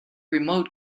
remote